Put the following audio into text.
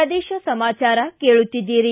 ಪ್ರದೇಶ ಸಮಾಚಾರ ಕೇಳುತ್ತೀದ್ದಿರಿ